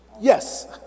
Yes